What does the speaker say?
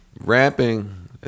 Rapping